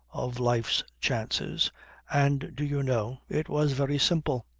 of life's chances and, do you know, it was very simple.